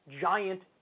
giant